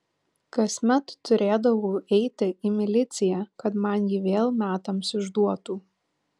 kasmet turėdavau eiti į miliciją kad man jį vėl metams išduotų